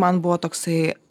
man buvo toksai